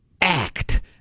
Act